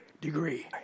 degree